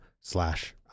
slash